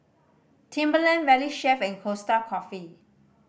Timberland Valley Chef and Costa Coffee